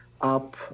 up